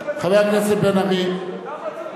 חבר הכנסת בן-ארי, למה צריך בחירות?